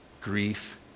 grief